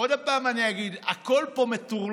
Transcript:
עוד הפעם אני אגיד: הכול פה מטורלל.